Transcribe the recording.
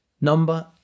Number